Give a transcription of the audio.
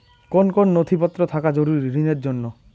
কোন কোন নথিপত্র থাকা জরুরি ঋণের জন্য?